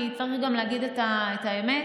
כי צריך להגיד את האמת: